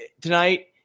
tonight